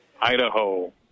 Idaho